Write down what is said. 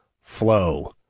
flow